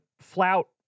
flout